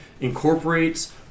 incorporates